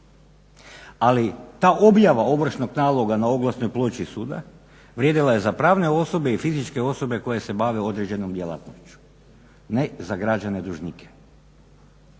Ali ta objava ovršnog naloga na oglasnoj ploči suda vrijedila je za pravne osobe i fizičke osobe koje se bave određenom djelatnošću, ne za građane dužnike.